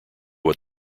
what